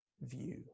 view